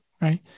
right